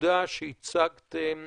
הנקודה שהצגתם